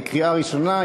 לקריאה ראשונה.